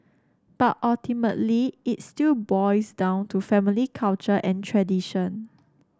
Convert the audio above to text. but ultimately it still boils down to family culture and tradition